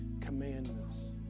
commandments